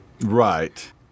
Right